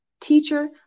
teacher